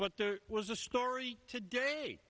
but there was a story today